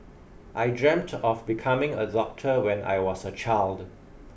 I dreamt of becoming a doctor when I was a child